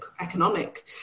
economic